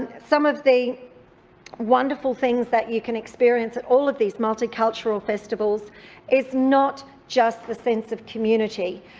some of the wonderful things that you can experience at all of these multicultural festivals it's not just the sense of community,